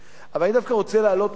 אבל אני דווקא רוצה להעלות נושא